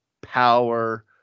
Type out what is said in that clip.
power